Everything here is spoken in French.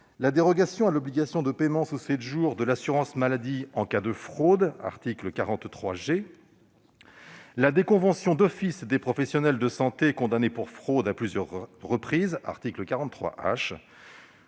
la dérogation à l'obligation de paiement sous sept jours de l'assurance maladie en cas de fraude, à l'article 43 G, au déconventionnement d'office des professionnels de santé condamnés pour fraude à plusieurs reprises, à l'article 43